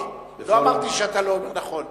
אני לא אמרתי שאתה, לא נכון.